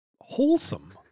Wholesome